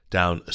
down